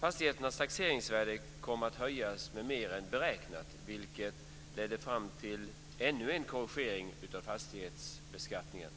Fastigheternas taxeringsvärden kom att höjas mer än beräknat, vilket ledde fram till ännu en korrigering av fastighetsbeskattningen.